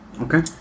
Okay